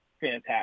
fantastic